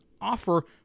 offer